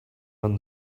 run